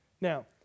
Now